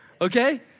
Okay